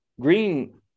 Green